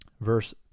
verse